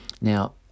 Now